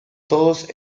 todos